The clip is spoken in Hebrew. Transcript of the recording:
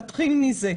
נתחיל מזה.